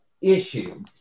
issue